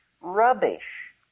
rubbish